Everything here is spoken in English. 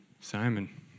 Simon